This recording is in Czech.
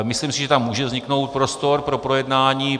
Myslím si, že tam může vzniknout prostor pro projednání.